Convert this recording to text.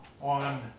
on